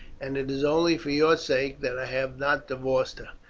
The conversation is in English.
and it is only for your sake that i have not divorced her.